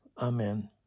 Amen